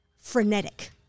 frenetic